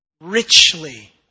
Richly